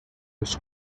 was